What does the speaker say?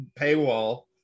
paywall